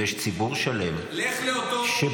ויש ציבור שלם שביטחונו